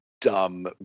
dumb